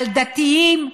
על דתיים,